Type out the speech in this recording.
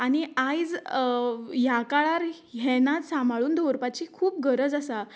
आनी आयज ह्या काळार हे नाच सांबाळून दवरपाची खूब गरज आसा